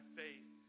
faith